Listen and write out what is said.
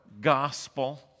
gospel